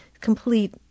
complete